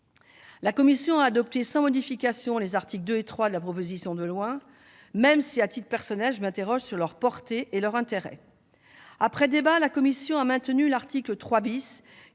La commission a adopté sans modification les articles 2 et 3 de la proposition de loi, même si, à titre personnel, je m'interroge sur leur portée et sur leur intérêt. Après débat, la commission a maintenu l'article 3 ,